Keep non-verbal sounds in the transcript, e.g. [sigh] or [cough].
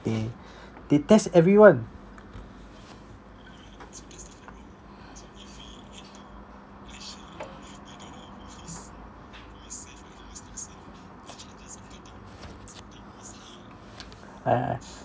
they they test everyone [breath] a'ah